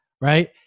Right